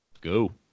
Go